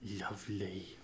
lovely